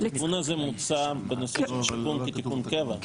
התיקון הזה מוצע בתוספת "שיכון" כתיקון קבע,